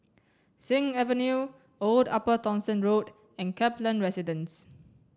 Sing Avenue Old Upper Thomson Road and Kaplan Residence